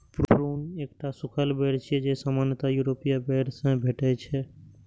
prune एकटा सूखल बेर छियै, जे सामान्यतः यूरोपीय बेर सं भेटै छै